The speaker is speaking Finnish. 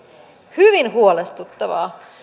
hyvin huolestuttavaa